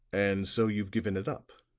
and so you've given it up?